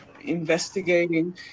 investigating